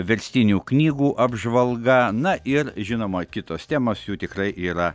verstinių knygų apžvalga na ir žinoma kitos temos jų tikrai yra